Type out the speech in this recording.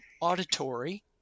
auditory